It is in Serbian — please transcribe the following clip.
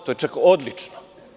To je čak odlično.